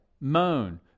Moan